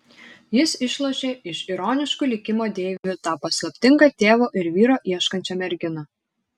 jis išlošė iš ironiškų likimo deivių tą paslaptingą tėvo ir vyro ieškančią merginą